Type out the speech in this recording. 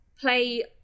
play